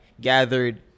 gathered